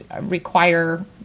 require